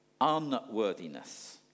unworthiness